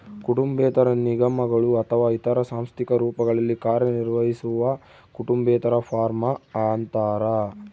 ಕುಟುಂಬೇತರ ನಿಗಮಗಳು ಅಥವಾ ಇತರ ಸಾಂಸ್ಥಿಕ ರೂಪಗಳಲ್ಲಿ ಕಾರ್ಯನಿರ್ವಹಿಸುವವು ಕುಟುಂಬೇತರ ಫಾರ್ಮ ಅಂತಾರ